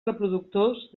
reproductors